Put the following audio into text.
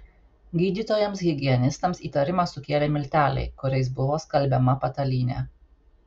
gydytojams higienistams įtarimą sukėlė milteliai kuriais buvo skalbiama patalynė